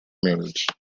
marriage